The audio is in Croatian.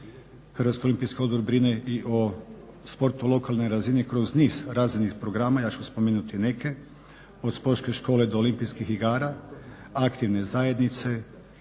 Hrvatski olimpijski odbor brine i o sportu na lokalnoj razini kroz niz razvojnih programa, ja ću spomenuti neke, od sportske škole do olimpijskih igra, aktivne zajednice,